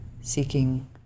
seeking